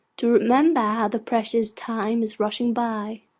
to remember how the precious time is rushing by.